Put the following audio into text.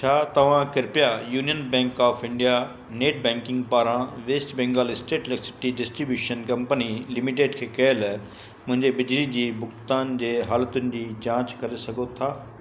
छा तव्हां कृपया Union Bank of India net banking पारां West Bengal State Electricity Distribution Company Limited खे कयल मुंहिंजे बिजली जी भुगतान जे हालतुनि जी जांच करे सघो था